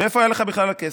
מאיפה היה לך בכלל הכסף?